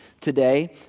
today